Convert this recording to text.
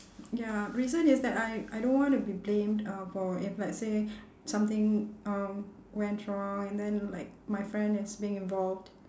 ya reason is that I I don't want to be blamed uh for if let's say something um went wrong and then like my friend is being involved